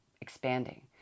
expanding